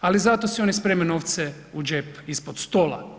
Ali zato si oni spremaju novce u džep ispod stola.